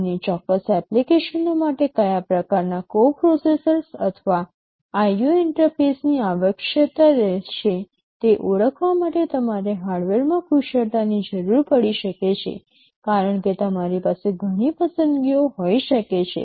તમને ચોક્કસ એપ્લિકેશનો માટે કયા પ્રકારનાં કોપ્રોસેસર્સ અથવા IO ઇંટરફેસની આવશ્યકતા રહેશે તે ઓળખવા માટે તમારે હાર્ડવેરમાં કુશળતાની જરૂર પડી શકે છે કારણ કે તમારી પાસે ઘણી પસંદગીઓ હોઈ શકે છે